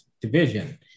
division